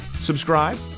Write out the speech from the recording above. subscribe